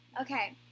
Okay